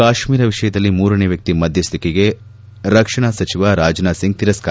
ಕಾಶ್ಮೀರ ವಿಷಯದಲ್ಲಿ ಮೂರನೇ ವ್ಯಕ್ತಿ ಮಧ್ಯಸ್ಥಿಕೆಗೆ ರಕ್ಷಣಾ ಸಚಿವ ರಾಜನಾಥ್ ಸಿಂಗ್ ತಿರಸ್ಕಾರ